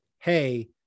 hey